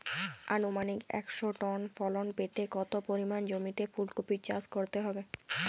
আনুমানিক একশো টন ফলন পেতে কত পরিমাণ জমিতে ফুলকপির চাষ করতে হবে?